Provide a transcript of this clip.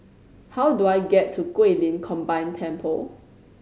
how do I get to Guilin Combined Temple